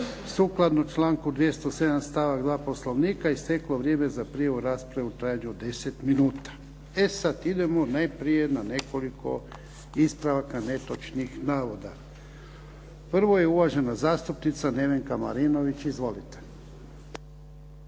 sukladno članku 207. stavak 2. Poslovnika isteklo vrijeme za prijavu u raspravu u trajanju od 10 minuta. E sad, idemo najprije na nekoliko ispravaka netočnih navoda. Prvo je uvažena zastupnica Nevenka Marinović. Izvolite.